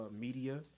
media